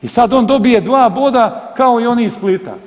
I sad on dobije dva boda kao i oni iz Splita.